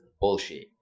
bullshit